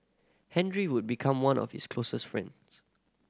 Henry would become one of his closest friends